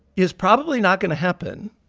is probably not going to happen.